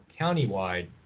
countywide